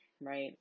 right